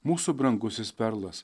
mūsų brangusis perlas